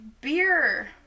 beer